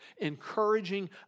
encouraging